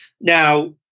Now